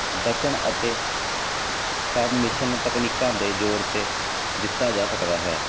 ਬਚਣ ਅਤੇ ਸਭਮਿਸ਼ਨ ਤਕਨੀਕਾਂ ਦੇ ਜ਼ੋਰ 'ਤੇ ਦਿੱਤਾ ਜਾ ਸਕਦਾ ਹੈ